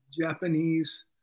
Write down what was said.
Japanese